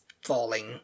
falling